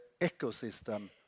ecosystem